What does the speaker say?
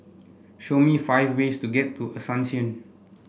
show me five ways to get to Asuncion